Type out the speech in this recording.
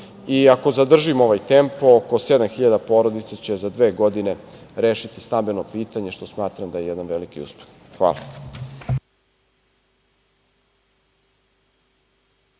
Ako zadržimo ovaj tempo, oko sedam hiljada porodica će za dve godine rešiti stambeno pitanje, što smatram da je jedan veliki uspeh. Hvala.